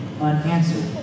unanswered